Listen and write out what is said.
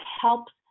helps